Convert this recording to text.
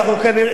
לאן הגענו.